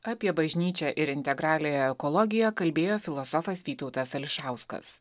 apie bažnyčią ir integraliąją ekologiją kalbėjo filosofas vytautas ališauskas